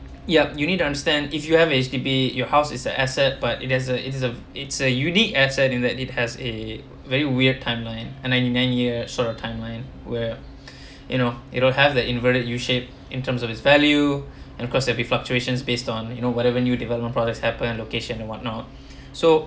ya you need to understand if you have H_D_B you house is an asset but it has a it is a it's a unique asset that it has a very weird timeline and ninety nine year sort of timeline where you know it'll have the inverted u shape in terms of its value and of cause every fluctuations based on you know whatever new development projects happen location or what not so